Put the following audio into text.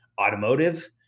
automotive